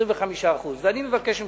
25%. אני מבקש ממך,